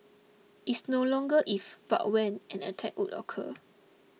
it's no longer if but when an attack would occur